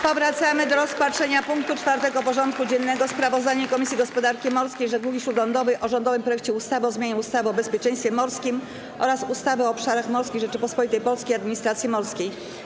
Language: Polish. Powracamy do rozpatrzenia punktu 4. porządku dziennego: Sprawozdanie Komisji Gospodarki Morskiej i Żeglugi Śródlądowej o rządowym projekcie ustawy o zmianie ustawy o bezpieczeństwie morskim oraz ustawy o obszarach morskich Rzeczypospolitej Polskiej i administracji morskiej.